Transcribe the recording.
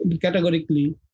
categorically